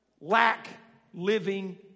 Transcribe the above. lack-living